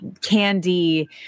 candy